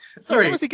Sorry